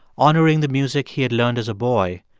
honoring the music he had learned as a boy,